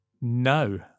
No